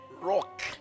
rock